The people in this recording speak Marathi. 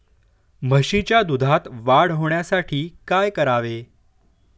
म्हशीच्या दुधात वाढ होण्यासाठी काय करावे?